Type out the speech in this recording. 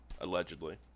Allegedly